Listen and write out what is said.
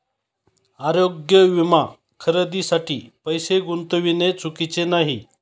आरोग्य विमा खरेदीसाठी पैसे गुंतविणे चुकीचे नाही